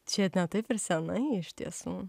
čia ne taip ir senai iš tiesų